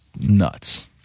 nuts